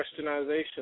Westernization